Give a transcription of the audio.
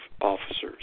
officers